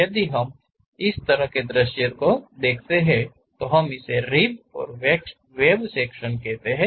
यदि हम इस तरह दृश्य दिखते हैं तो हम इसे रिब और वेब सेक्शन कहते हैं